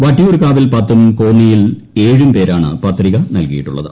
വട്ടിയൂർക്കാവിൽ പത്തും കോന്നിയിൽ ഏഴും പേരാണ് പത്രിക നൽകിയിട്ടുള്ളത്